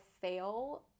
fail